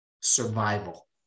survival